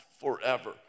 forever